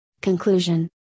Conclusion